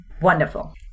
Wonderful